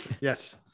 yes